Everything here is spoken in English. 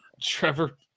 Trevor